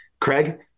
craig